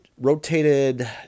rotated